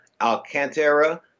Alcantara